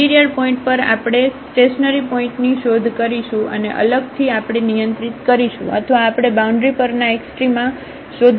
તેથી interior point પર આપણે સ્ટેશનરીપોઇન્ટની શોધ કરીશું અને અલગથી આપણે નિયંત્રિત કરીશું અથવા આપણે બાઉન્ડ્રી પરના એક્સ્ટ્રામા શોધીશું